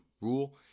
rule